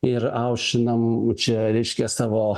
ir aušinam čia reiškia savo